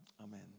Amen